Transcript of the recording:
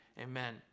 amen